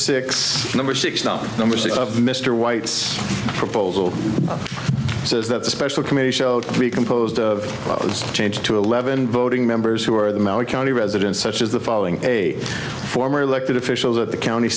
not number six of mr white's proposal says that the special committee showed we composed of change to eleven voting members who are them our county residents such as the following a former elected officials at the county